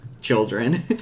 children